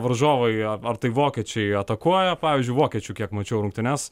varžovai ar tai vokiečiai atakuoja pavyzdžiui vokiečių kiek mačiau rungtynes